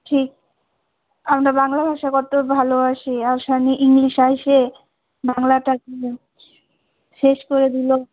ঠিক আমরা বাংলা ভাষা কত্ত ভালোবাসি আর সঙ্গে ইংলিশ এসে বাংলাটাকে শেষ করে দিল